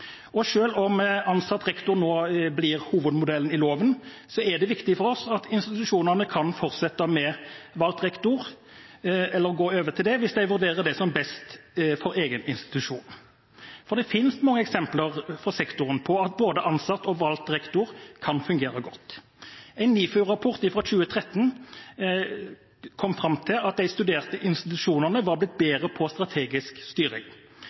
om ansatt rektor nå blir hovedmodellen i loven, er det viktig for oss at institusjonene kan fortsette med valgt rektor, eller gå over til det, hvis de vurderer det som best for egen institusjon. Det finnes mange eksempler fra sektoren på at både ansatt og valgt rektor kan fungere godt. En NIFU-rapport fra 2013 kom fram til at de studerte institusjonene var blitt bedre på strategisk styring.